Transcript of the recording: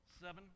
seven